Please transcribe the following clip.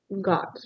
got